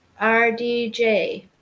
RDJ